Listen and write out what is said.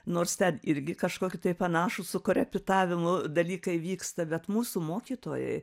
nors ten irgi kažkokie tai panašūs su korepitavimu dalykai vyksta bet mūsų mokytojai